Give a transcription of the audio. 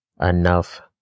enough